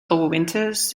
overwinters